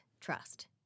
trust